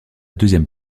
deuxième